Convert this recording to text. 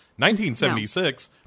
1976